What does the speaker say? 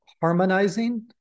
harmonizing